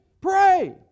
Pray